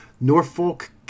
Norfolk